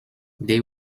they